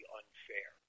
unfair